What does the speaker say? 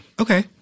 okay